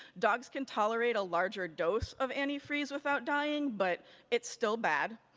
dogs can tolerate a larger dose of antifreeze without dying, but it's still bad.